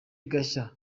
gashya